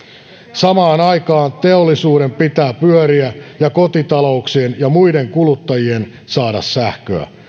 samaan aikaan teollisuuden pitää pyöriä ja kotitalouksien ja muiden kuluttajien saada sähköä